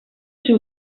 ser